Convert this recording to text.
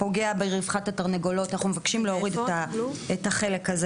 פוגע ברווחת התרנגולות ואנחנו מבקשים להוריד את החלק הזה.